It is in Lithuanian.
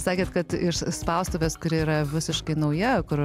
sakėt kad iš spaustuvės kuri yra visiškai nauja kur